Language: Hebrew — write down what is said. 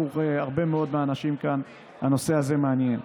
שעבור הרבה מאוד מהאנשים כאן הנושא הזה מעניין.